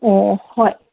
ꯑꯣ ꯍꯣꯏ